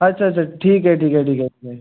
अच्छा अच्छा ठीक आहे ठीक आहे ठीक आहे ठीक आहे